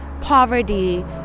poverty